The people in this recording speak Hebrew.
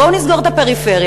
בואו נסגור את הפריפריה,